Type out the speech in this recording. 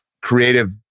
creative